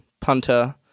punter